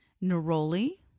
neroli